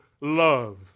love